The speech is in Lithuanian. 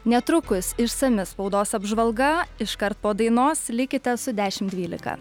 netrukus išsami spaudos apžvalga iškart po dainos likite su dešim dvylika